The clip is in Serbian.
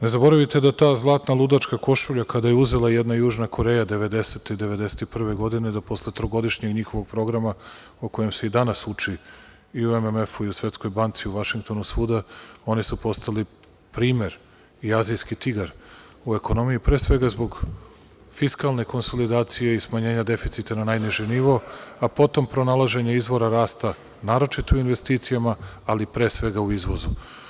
Ne zaboravite da ta „zlatna ludačka košulja“ kada je uzela jedna Južna Koreja 1990/91. godine da posle trogodišnjeg njihovog programa po kojem se i danas uči i u MMF i u Svetskoj banci u Vašingtonu i svuda, oni su primer i Azijski tigar u ekonomiji, pre svega zbog fiskalne konsolidacije i smanjenja deficita na najniži nivo, a potom pronalaženje izvora rasta naročito u investicijama, ali pre svega u izvozu.